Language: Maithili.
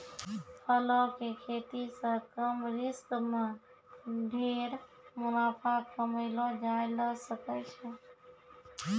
फलों के खेती सॅ कम रिस्क मॅ ढेर मुनाफा कमैलो जाय ल सकै छै